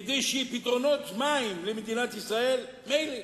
כדי שיהיו פתרונות מים למדינת ישראל, מילא.